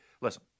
Listen